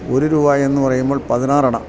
ഒരു രൂപയെന്നു പറയുമ്പോൾ പതിനാറണ